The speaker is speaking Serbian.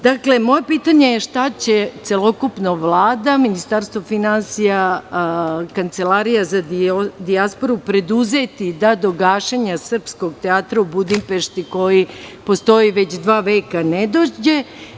Dakle, moje pitanje je – šta će celokupna Vlada, Ministarstvo finansija, Kancelarija za dijasporu preduzeti da do gašenja Srpskog teatra u Budimpešti koji postoji već dva veka ne dođe?